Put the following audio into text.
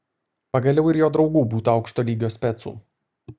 pagaliau ir jo draugų būta aukšto lygio specų